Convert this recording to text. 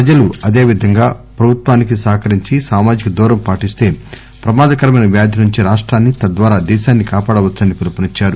ప్రజలు ఇదే విధంగా ప్రభుత్వానికి సహకరించి సామాజిక దూరం పాటిస్త ప్రమాదకరమైన వ్యాధి నుంచి రాష్టాన్ని తద్వారా దేశాన్ని కాపాడవచ్చని పిలుపునిచ్చారు